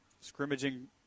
scrimmaging